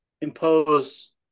impose